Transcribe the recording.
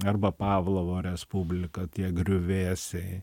arba pavlovo respublika tie griuvėsiai